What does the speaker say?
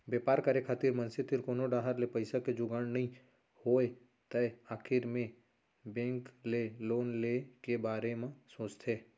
बेपार करे खातिर मनसे तीर कोनो डाहर ले पइसा के जुगाड़ नइ होय तै आखिर मे बेंक ले लोन ले के बारे म सोचथें